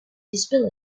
through